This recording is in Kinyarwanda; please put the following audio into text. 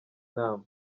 nama